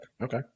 Okay